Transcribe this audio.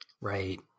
Right